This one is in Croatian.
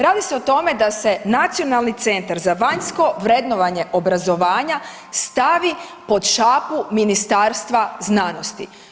Radi se o tome da se Nacionalni centar za vanjsko vrednovanje obrazovanja stavi pod šapu Ministarstva znanosti.